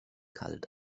kalt